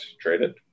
traded